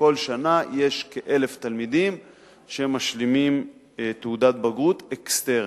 כל שנה יש כ-1,000 תלמידים שמשלימים תעודת בגרות אקסטרנית.